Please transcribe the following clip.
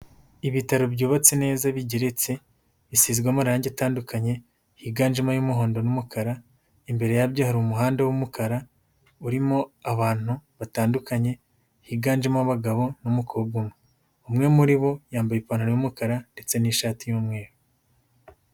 Ibitaro byubatse neza bigeretse bisizwe amarangi atandukanye, higanjemo ay'umuhondo n'umukara, imbere y'abyo hari umuhanda w'umukara, urimo abantu batandukanye, higanjemo abagabo n'umukobwa umwe, umwe muri bo yambaye ipantaro y'umukara, ndetse n'ishati y'umweru.